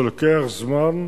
זה לוקח זמן,